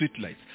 streetlights